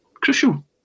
crucial